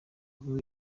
ubu